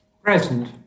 Present